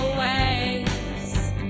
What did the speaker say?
waves